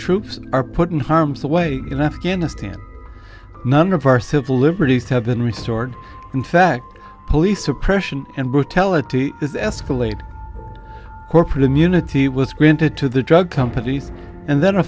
troops are put in harm's way in afghanistan none of our civil liberties have been restored in fact police oppression and brutality is escalate corporate immunity was granted to the drug companies and then